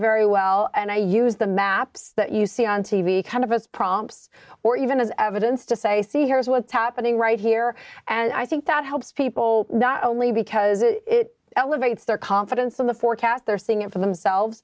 very well and i use the maps that you see on t v kind of us prompts or even as evidence to say see here is what's happening right here and i think that helps people not only because it elevates their confidence in the forecast they're seeing it for themselves